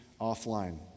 offline